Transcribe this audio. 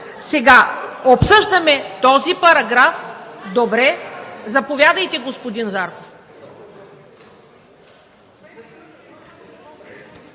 Обсъждаме този параграф, добре. Заповядайте, господин Зарков.